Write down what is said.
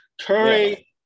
Curry